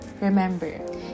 Remember